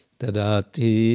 tadati